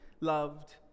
loved